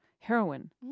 heroin